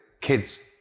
kids